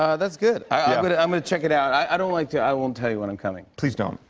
ah that's good. i'm going to um ah check it out. i don't like to i won't tell you when you i'm coming. please don't.